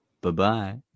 Bye-bye